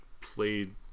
played